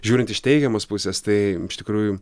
žiūrint iš teigiamos pusės tai iš tikrųjų